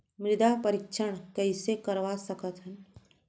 मृदा परीक्षण कइसे करवा सकत हन?